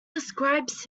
describes